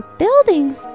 buildings